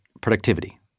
productivity